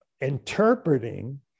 interpreting